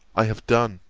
i have done.